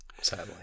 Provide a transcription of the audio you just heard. Sadly